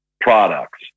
products